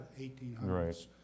1800s